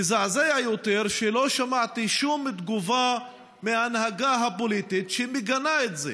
מזעזע יותר שלא שמעתי שום תגובה מההנהגה הפוליטית שמגנה את זה